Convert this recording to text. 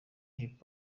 hip